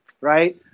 right